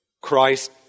Christ